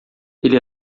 ele